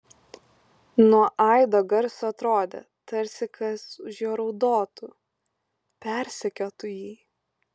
nuo aido garso atrodė tarsi kas už jo raudotų persekiotų jį